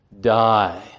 die